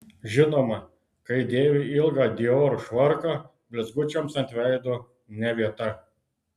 žinoma kai dėvi ilgą dior švarką blizgučiams ant veido ne vieta